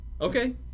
Okay